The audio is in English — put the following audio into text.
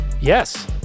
Yes